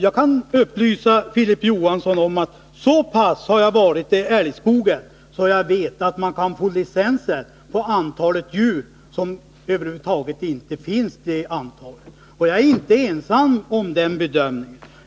Jag kan upplysa Filip Johansson om att jag har varit så pass mycket i älgskogen att jag vet att man kan få licenser på ett antal djur som över huvud taget inte finns. Jag är inte ensam om den bedömningen.